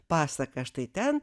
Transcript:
pasaka štai ten